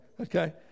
okay